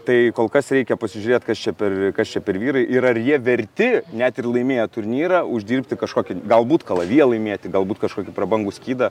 tai kol kas reikia pasižiūrėt kas čia per kas čia per vyrai yra ir jie verti net ir laimėję turnyrą uždirbti kažkokį galbūt kalaviją laimėti galbūt kažkokį prabangų skydą